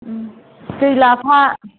दै लाफा